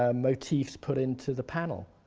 ah motifs put into the panel.